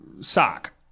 sock